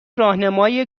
راهنمای